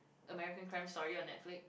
American Crime Story on Netflix